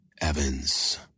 Evans